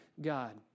God